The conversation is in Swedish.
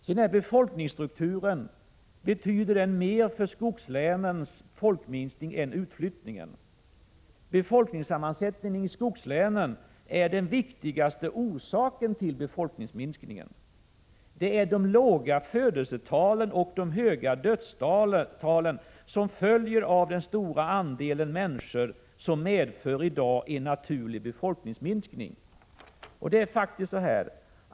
Den här befolkningsstrukturen betyder mer för skogslänens befolkningsminskning än utflyttningen. Befolkningssammansättningen i skogslänen är den viktigaste orsaken till befolkningsminskningen. Det är de låga födelsetalen och de höga dödstalen som följer av den stora andelen äldre människor som i dag medför en naturlig befolkningsminskning.